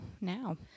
Now